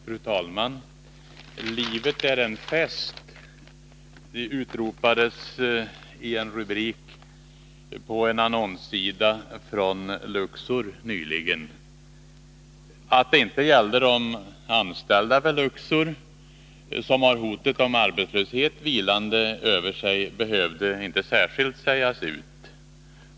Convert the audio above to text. Fru talman! ”Livet är en fest”, utropades i en rubrik på en annons från Luxor nyligen. Att det inte gällde de anställda vid Luxor, som har hotet om arbetslöshet vilande över sig, behövde inte särskilt sägas ut.